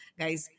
guys